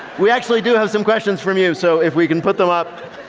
we actually do have some questions from you. so, if we can put them up.